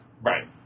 Right